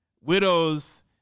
widows